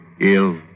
Ill